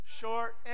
Short